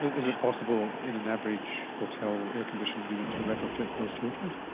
is it possible in an average hotel air-conditioning unit to retrofit those filters?